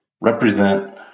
represent